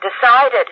decided